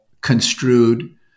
construed